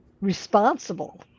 responsible